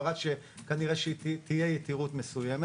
מראה כנראה שתהיה יתירות מסוימת.